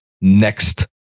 next